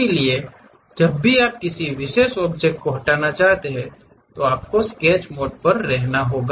इसलिए जब भी आप किसी विशेष ऑब्जेक्ट को हटाना चाहते हैं तो आपको स्केच मोड पर रहना होगा